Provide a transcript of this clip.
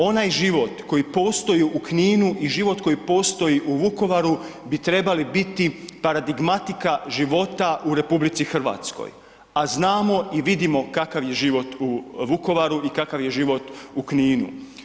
Onaj život koji postoji u Kninu i život koji postoji u Vukovaru bi trebali biti paradigmatika života u RH a znamo i vidimo kakav je život u Vukovaru i kakav je život u Kninu.